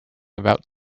about